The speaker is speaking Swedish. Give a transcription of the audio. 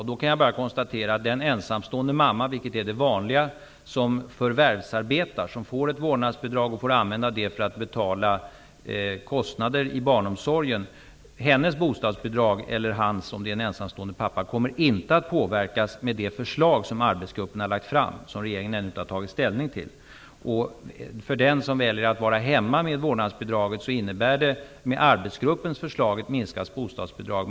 Jag kan bara konstatera att för den ensamstående mamma -- det är det vanligaste -- som förvärvsarbetar och som får ett vårdnadsbidrag att användas för att betala kostnader i barnomsorgen kommer bostadsbidraget inte att påverkas med det förslag som arbetsgruppen har lagt fram. Detsamma gäller naturligtvis för en ensamstående pappa. Regeringen har dock ännu inte tagit ställning till förslaget. Arbetsgruppens förslag medför ett minskat bostadsbidrag för den som väljer att vara hemma och uppbära vårdnadsbidrag.